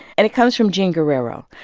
and it comes from jean guerrero,